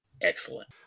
Excellent